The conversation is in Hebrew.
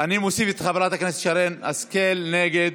אני מוסיף את חברת הכנסת שרן השכל, נגד.